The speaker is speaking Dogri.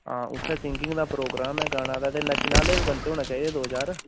हां उत्थे सिन्गिंग दा प्रोग्राम ऐ गाने दा ते नच्चने आह्ले बंदे बी होने चाहिदे दो चार